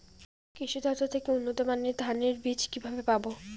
কৃষি দফতর থেকে উন্নত মানের ধানের বীজ কিভাবে পাব?